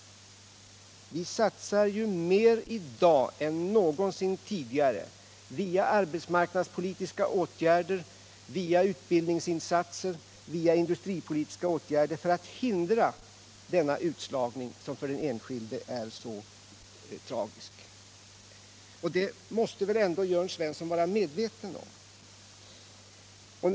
Vi satsar mer i dag än någonsin tidigare på arbetsmarknadspolitiska åtgärder, utbildningsinsatser och industripolitiska åtgärder för att hindra denna utslagning som är så tragisk för den enskilde. Detta måste väl Jörn Svensson vara medveten om.